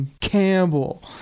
campbell